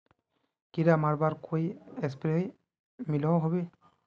कीड़ा मरवार कोई स्प्रे मिलोहो होबे?